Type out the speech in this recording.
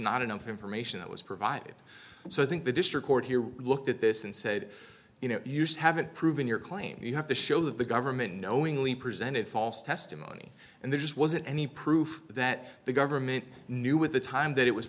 not enough information that was provided so i think the district court here looked at this and said you know used haven't proven your claim you have to show that the government knowingly presented false testimony and there just wasn't any proof that the government knew with the time that it was